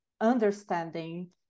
understanding